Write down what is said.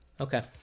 Okay